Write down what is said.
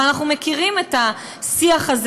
אבל אנחנו מכירים את השיח הזה,